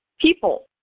people